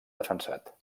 defensat